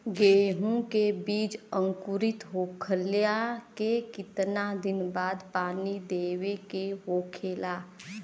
गेहूँ के बिज अंकुरित होखेला के कितना दिन बाद पानी देवे के होखेला?